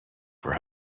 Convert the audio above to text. for